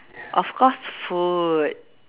of course food